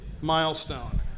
milestone